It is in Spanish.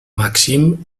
maxim